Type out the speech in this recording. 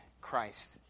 Christ